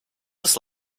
this